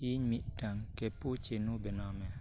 ᱤᱧ ᱢᱤᱫᱴᱟᱝ ᱠᱮᱯᱩᱪᱮᱱᱩ ᱵᱮᱱᱟᱣ ᱢᱮ